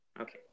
Okay